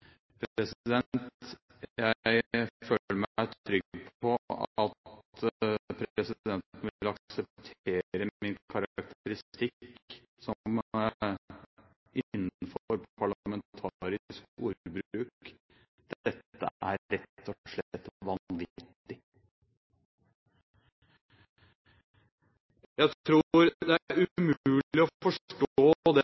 Jeg føler meg trygg på at presidenten vil akseptere min karakteristikk som innenfor parlamentarisk ordbruk: Dette er rett